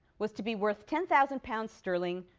was to be worth ten thousand pounds sterling,